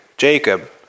Jacob